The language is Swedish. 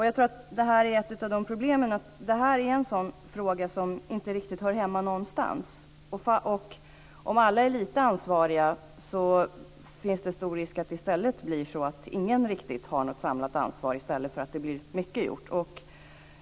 Jag tror att ett av problemen är att det här är en fråga som inte riktigt hör hemma någonstans. Om alla är lite ansvariga finns det stor risk att det blir så att ingen riktigt har något samlat ansvar i stället för att det blir mycket gjort.